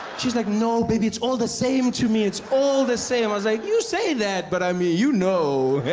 she's like, no baby, it's all the same to me it's all the same. i was like, you say that but i mean you know,